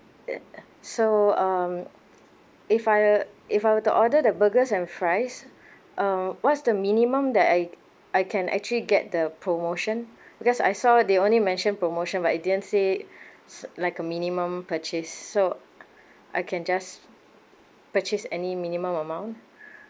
so um if I'll if I will to order the burgers and fries um what's the minimum that I I can actually get the promotion because I saw they only mention promotion but it didn't say like a minimum purchase so I can just purchase any minimum amount